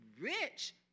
rich